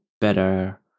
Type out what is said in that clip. better